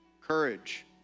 courage